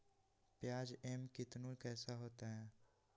प्याज एम कितनु कैसा होता है?